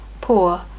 poor